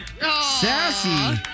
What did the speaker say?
Sassy